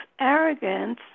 arrogance